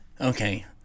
Okay